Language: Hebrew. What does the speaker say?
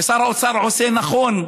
ושר האוצר עושה נכון,